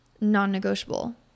Non-negotiable